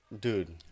dude